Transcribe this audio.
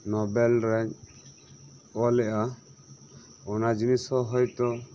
Nobel ᱨᱮ ᱚᱞᱮᱜᱼᱟ ᱚᱱᱟ ᱡᱤᱱᱤᱥ ᱦᱚᱸ ᱦᱚᱭ ᱛᱚ